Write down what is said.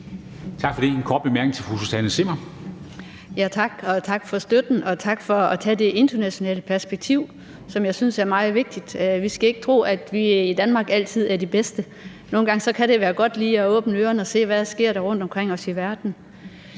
Zimmer. Kl. 10:56 Susanne Zimmer (UFG): Tak, og tak for støtten, og tak for at tage det internationale perspektiv, som jeg synes er meget vigtigt. Vi skal ikke tro, at vi i Danmark altid er de bedste. Nogle gange kan det være godt lige at åbne øjnene og se, hvad der sker rundt omkring os i verden.